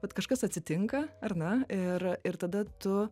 vat kažkas atsitinka ar ne ir ir tada tu